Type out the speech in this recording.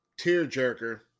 Tearjerker